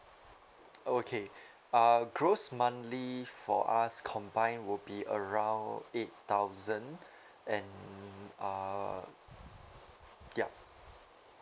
oh okay uh gross monthly for us combined would be around eight thousand and uh yup